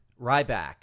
Ryback